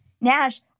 Nash